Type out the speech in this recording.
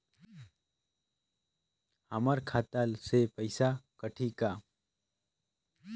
हमर खाता से पइसा कठी का?